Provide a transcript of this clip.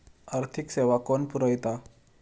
आर्थिक सेवा कोण पुरयता?